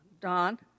Don